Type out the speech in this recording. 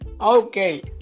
Okay